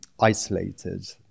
isolated